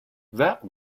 that